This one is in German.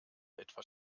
etwas